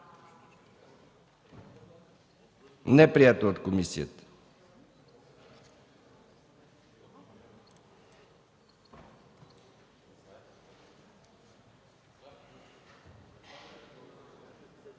неприето от комисията.